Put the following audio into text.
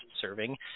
serving